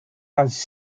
has